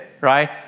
right